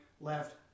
left